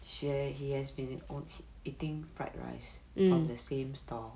share he has been only eating fried rice from the same store